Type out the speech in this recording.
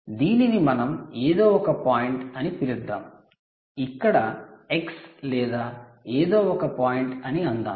దీనిని మనం ఏదో ఒక పాయింట్ అని పిలుద్దాం ఇక్కడ x లేదా ఏదో ఒక పాయింట్ అని అందాము